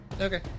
Okay